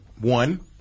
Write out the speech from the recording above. One